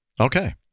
Okay